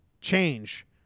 change